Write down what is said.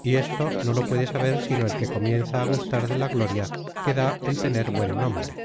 y esto no lo puede saber sino el que comienza a gustar de la gloria que da el tener buen nombre